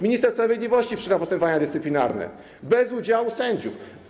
Minister sprawiedliwości wszczyna postępowania dyscyplinarne bez udziału sędziów.